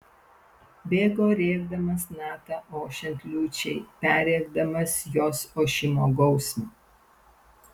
bėgo rėkdamas natą ošiant liūčiai perrėkdamas jos ošimo gausmą